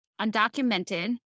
undocumented